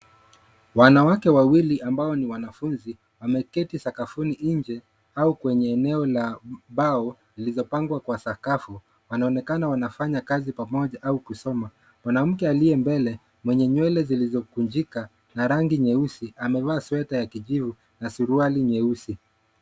Wanawake wawili ambao ni wanafunzi wameketi sakafuni nje au kwenye eneo la mbao zilizopangwa kwa sakafu. Wanaonekana wanafanya kazi pamoja au kusoma. Mwanamke aliye mbele, mwenye nywele zilizokunjika na rangi nyeusi, amevaa sweta ya kijivu na suruali nyeusi.